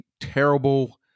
terrible